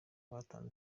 batanze